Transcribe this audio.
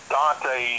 Dante